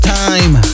time